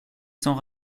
sans